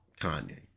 Kanye